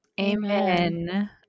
Amen